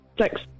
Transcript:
Six